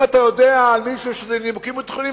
אם אתה יודע על מישהו שזה מנימוקים ביטחוניים,